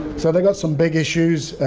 so, they've got some big issues,